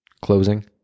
closing